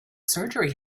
surgery